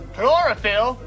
Chlorophyll